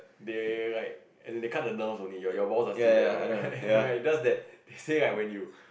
they will they will like as in they cut the doors only your your balls are still there right is just that they say like when you